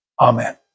Amen